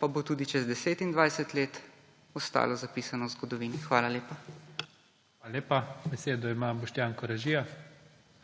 pa bo tudi čez 10 in 20 let ostalo zapisano v zgodovini. Hvala lepa. PREDSEDNIK IGOR ZORČIČ: Hvala lepa. Besedo ima Boštjan Koražija.